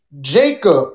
Jacob